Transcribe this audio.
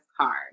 card